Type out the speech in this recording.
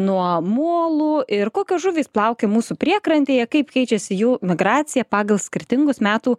nuo molų ir kokios žuvys plaukioja mūsų priekrantėje kaip keičiasi jų migracija pagal skirtingus metų